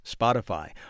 Spotify